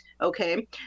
Okay